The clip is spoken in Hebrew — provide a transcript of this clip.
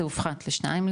זה הופחת לשניים,